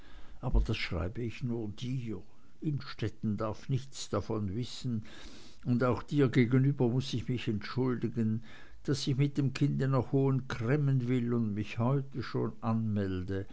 aber das schreibe ich nur dir innstetten darf nicht davon wissen und auch dir gegenüber muß ich mich wie entschuldigen daß ich mit dem kinde nach hohen cremmen will und mich heute schon anmelde